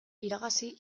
iragazi